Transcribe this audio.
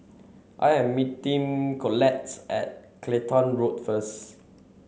I am meeting Collettes at Clacton Road first